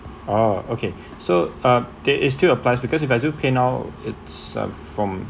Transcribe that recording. [prh] okay so um that is still applies because if I do paynow it's uh from